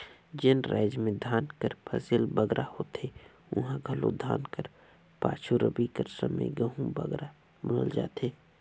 जेन राएज में धान कर फसिल बगरा होथे उहां घलो धान कर पाछू रबी कर समे गहूँ बगरा बुनल जाथे